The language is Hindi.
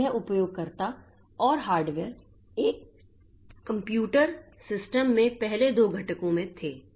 तो यह उपयोगकर्ता और हार्डवेयर एक कंप्यूटर सिस्टम में पहले दो घटकों में थे